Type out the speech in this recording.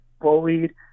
bullied